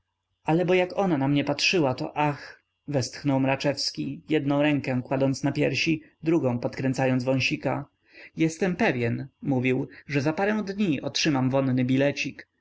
ale bo jak ona na mnie patrzyła to ach westchnął mraczewski jednę rękę kładąc na piersi drugą podkręcając wąsika jestem pewny mówił że za parę dni otrzymam wonny bilecik